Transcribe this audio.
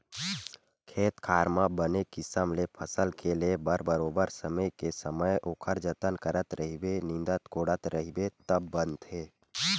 खेत खार म बने किसम ले फसल के ले बर बरोबर समे के समे ओखर जतन करत रहिबे निंदत कोड़त रहिबे तब बनथे